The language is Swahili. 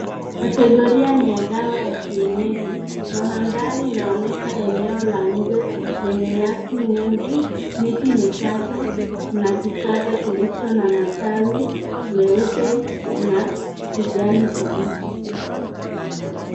Kategoria ni ya dawa ya kienyeji. Mandhari inaonyesha eneo la nje lenye nyasi nyingi, miti michache na kichaka kilicho na matawi meupe na kijani kibichi.